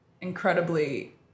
incredibly